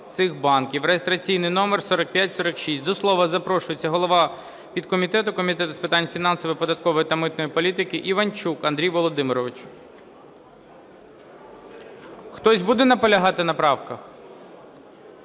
(реєстраційний номер 4546). До слова запрошується голова підкомітету Комітету з питань фінансової, податкової та митної політики Іванчук Андрій Володимирович. Хтось буде наполягати на правках?